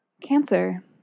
Cancer